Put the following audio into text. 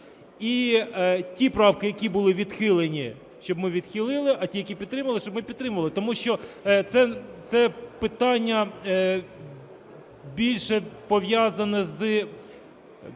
і ті правки, які були відхилені, щоб ми відхили, а ті, які підтримали, щоб ми підтримали. Тому що це питання більше пов'язане з